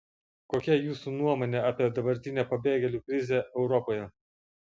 kokia jūsų nuomonė apie dabartinę pabėgėlių krizę europoje